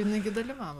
jinai dalyvavo